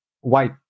white